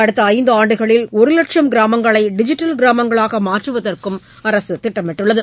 அடுத்த ஐந்து ஆண்டுகளில் ஒரு வட்சம் கிராமங்களை டிஜிட்டல் கிராமங்களாக மாற்றுவதற்கு அரசு திட்டமிட்டுள்ளது